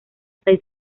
seis